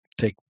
take